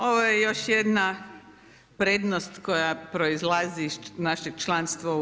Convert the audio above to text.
Ovo je još jedna prednost koja proizlazi iz našeg članstva u EU.